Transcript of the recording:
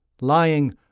Lying